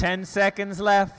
ten seconds left